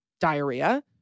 diarrhea